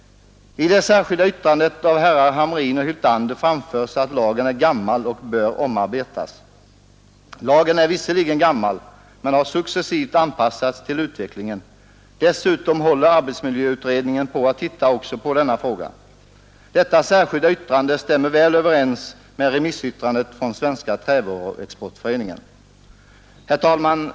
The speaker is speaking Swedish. I det särskilda yttrandet av herrar Hamrin och Hyltander framförs att lagen är gammal och bör omarbetas. Lagen är visserligen gammal men har successivt anpassats till utvecklingen. Dessutom håller arbetsmiljöutredningen på att titta också på denna fråga. Det särskilda yttrandet stämmer väl överens med remissyttrandet från Svenska trävaruexportföreningen. Herr talman!